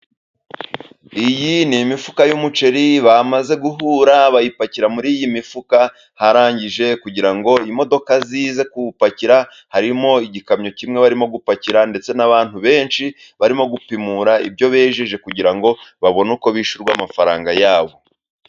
Iyi ni imifuka y'umuceri bamaze guhura bayipakira muri iyi mifuka harangije kugira ngo imodoka zize kuwupakira. Harimo igikamyo kimwe barimo gupakira ndetse n'abantu benshi barimo gupimura ibyo bejeje kugira ngo babone uko bishyurwa amafaranga yabo.